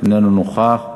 איננו נוכח,